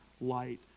light